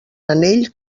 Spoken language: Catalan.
anell